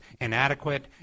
inadequate